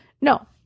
No